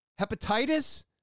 Hepatitis